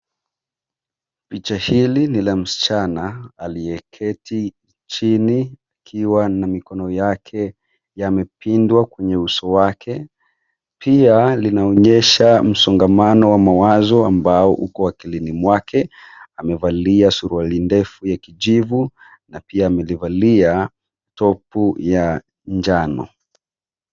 Picha hili ni la msichana aliyeketi chini, akiwa na mikono yake yamepindwa kwenye uso wake. Pia, linaonyesha msongamano wa mawazo ambao uko akilini mwake. Amevalia suruali ndefu ya kijivu, na pia amelivalia topu ya njano.